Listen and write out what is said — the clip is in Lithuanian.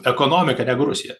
ekonomika negu rusija